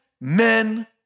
men